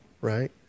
right